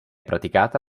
praticata